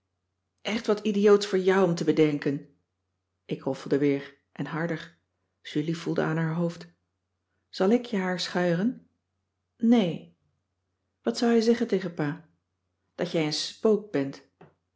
echt wat idioots voor jou om te bedenken ik roffelde weer en harder julie voelde aan haar hoofd zal ik je haar schuieren nee wat zou hij zeggen tegen pa dat jij een spook bent